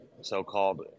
so-called